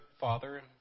father